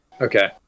Okay